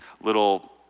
little